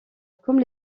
comme